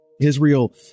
Israel